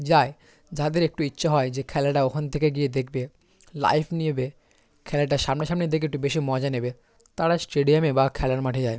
যায় যাদের একটু ইচ্ছে হয় যে খেলাটা ওখান থেকে গিয়ে দেখবে লাইভ নেবে খেলাটা সামনাসামনি দেখে একটু বেশি মজা নেবে তারা স্টেডিয়ামে বা খেলার মাঠে যায়